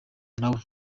nawe